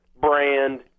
brand